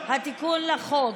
התיקון לחוק.